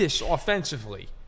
offensively